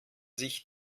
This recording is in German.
sich